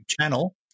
channel